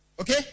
Okay